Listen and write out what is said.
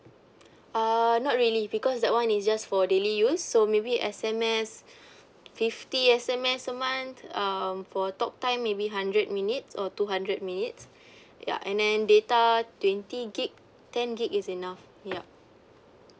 uh not really because that [one] is just for daily use so maybe S_M_S fifty S_M_S a month um for talk time maybe hundred minutes or two hundred minutes ya and then data twenty gig ten gig is enough yup